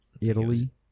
Italy